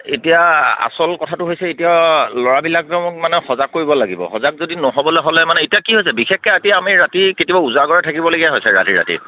এতিয়া আচল কথাটো হৈছে এতিয়া ল'ৰাবিলাক যে মোক মানে সজাগ কৰিব লাগিব সজাগ যদি নহ'বলে হ'লে মানে এতিয়া কি হৈছে বিশেষকে ৰাতি আমি ৰাতি কেতিয়া উজাগৰে থাকিবলগীয়া হৈছে ৰাতি ৰাতি